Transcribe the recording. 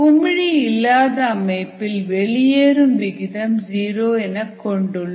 குமிழி இல்லாத அமைப்பில் வெளியேறும் விகிதம் ஜீரோவாக கொண்டுள்ளோம்